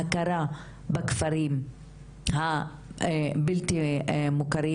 את ההכרה בכפרים הבלתי מוכרים,